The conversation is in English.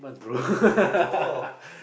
eight months oh